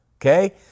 Okay